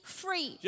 free